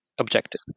objective